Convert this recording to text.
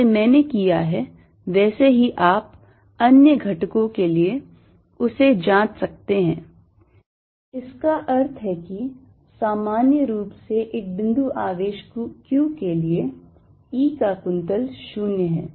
जैसे मैंने किया है वैसे ही आप अन्य घटकों के लिए उसे जांच सकते हैं इसका अर्थ है कि सामान्य रूप से एक बिंदु आवेश q के लिए E का कुंतल 0 है